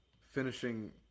finishing